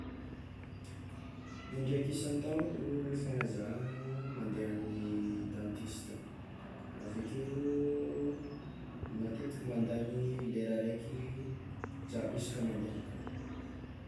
Indraiky isan-taogno fogna zah mande amy dentista, aveke matetiky mandany lera araiky zah isaky mande akagny.